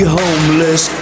homeless